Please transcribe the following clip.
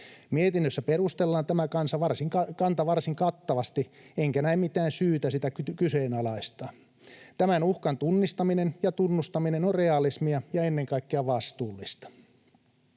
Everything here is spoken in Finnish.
Mietinnössä perustellaan tämä kanta varsin kattavasti, enkä näe mitään syytä sitä kyseenalaistaa. Tämän uhkan tunnistaminen ja tunnustaminen on realismia ja ennen kaikkea vastuullista.